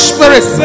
Spirit